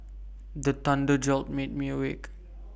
the thunder jolt me awake